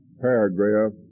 paragraph